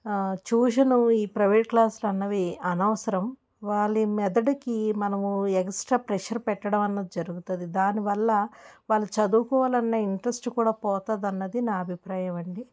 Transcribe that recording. tuition ఈ private క్లాస్లన్నవి అనవసరం వాళ్ళ మెదడుకి మనము ఎగస్ట్రా ప్రెషర్ పెట్టడం అన్న జరుగుతుంది దానివల్ల వాళ్ళ చదువుకోవాలన్న ఇంట్రెస్ట్ కూడా పోతుందన్నది నా అభిప్రాయమండి